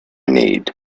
need